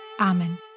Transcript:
Amen